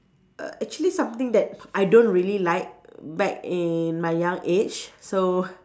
err actually something that I don't really like back in my young age so